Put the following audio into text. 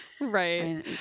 right